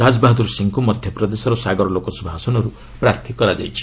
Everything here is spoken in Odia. ରାଜ ବାହାଦର ସିଂହଙ୍କ ମଧ୍ୟପ୍ରଦେଶର ସାଗର ଲୋକସଭା ଆସନର୍ତ୍ତ ପ୍ରାର୍ଥୀ କରାଯାଇଛି